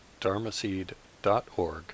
dharmaseed.org